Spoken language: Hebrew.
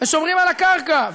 שומרים על הקרקע,